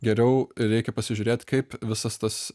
geriau reikia pasižiūrėt kaip visas tas